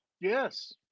Yes